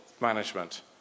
management